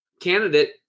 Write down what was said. candidate